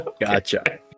gotcha